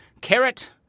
carrot